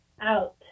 out